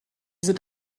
sind